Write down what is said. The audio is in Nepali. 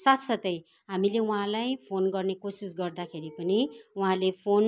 साथ साथै हामीले उहाँलाई फोन गर्ने कोसिस गर्दाखेरि पनि उहाँले फोन